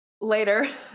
Later